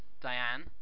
Diane